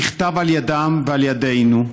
נכתב על ידם ועל ידינו,